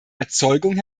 erzeugung